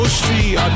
street